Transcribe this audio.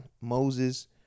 Moses-